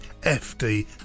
fd